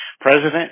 President